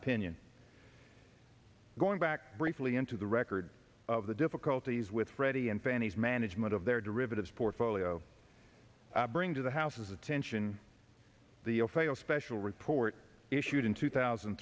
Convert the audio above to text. opinion going back briefly into the record of the difficulties with freddie and fannie as management of their derivatives portfolio bring to the house's attention the failed special report issued in two thousand